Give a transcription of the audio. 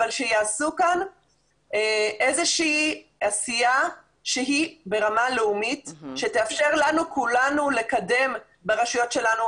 אבל שיעשו כאן עשייה ברמה לאומית שתאפשר לכולנו לקדם ברשויות שלנו.